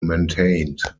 maintained